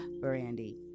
Brandy